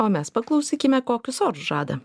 o mes paklausykime kokius orus žada